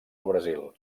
brasil